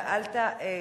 אפשר שאלה נוספת?